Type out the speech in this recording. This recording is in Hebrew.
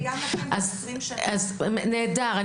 נהדר.